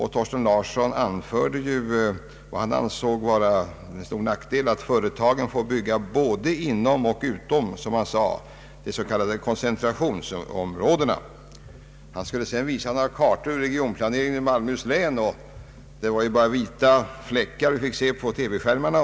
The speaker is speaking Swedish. Herr Larsson anförde vad han ansåg vara en stor nackdel, att företagen får bygga både inom och utom de s.k. koncentrationsområdena, som han sade. Han skulle sedan visa kartor över regionplaneringen i Malmöhus län, men vi fick bara se vita fläckar på TV-skärmarna.